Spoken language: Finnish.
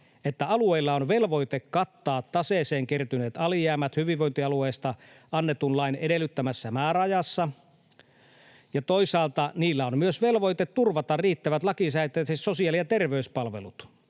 että alueilla on velvoite kattaa taseeseen kertyneet alijäämät hyvinvointialueista annetun lain edellyttämässä määräajassa ja toisaalta niillä on myös velvoite turvata riittävät lakisääteiset sosiaali- ja terveyspalvelut.